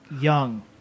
young